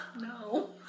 No